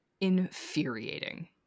infuriating